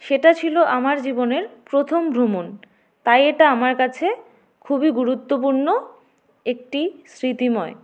সেটা ছিল আমার জীবনের প্রথম ভ্রমণ তাই এটা আমার কাছে খুবই গুরুত্বপূর্ণ একটি স্মৃতিময়